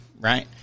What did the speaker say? right